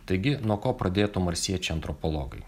taigi nuo ko pradėtų marsiečiai antropologai